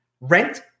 rent